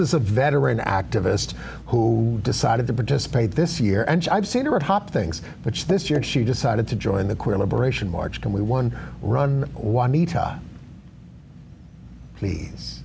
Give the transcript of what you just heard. is a veteran activist who decided to participate this year and i've seen her hop things which this year she decided to join the queer liberation march can we one run juanita please